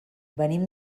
venim